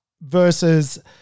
versus